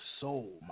soul